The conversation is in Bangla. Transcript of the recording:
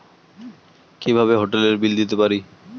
কিভাবে হোটেলের বিল দিতে পারি?